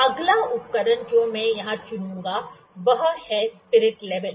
तो अगला उपकरण जो मैं यहां चुनूंगा वह है स्पिरिट लेवल